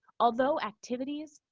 although activities